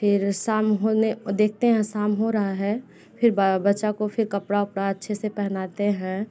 फिर शाम होने देखते हैं शाम हो रहा है फिर बच्चा को फिर कपड़ा वपड़ा अच्छे से पहनाते हैं